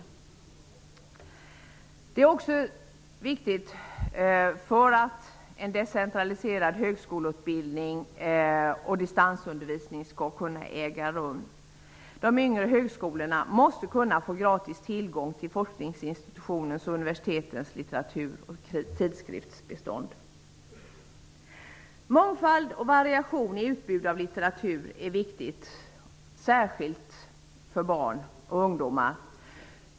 En bibliotekslag är också viktig för att decentraliserad högskoleutbildning och distansundervisning skall kunna bedrivas. De yngre högskolorna måste kunna få gratis tillgång till forskningsinstitutionernas och universitetens litteratur och tidsskriftsbestånd. Mångfald och variation i utbud av litteratur är viktigt, särskilt för barn och ungdomar.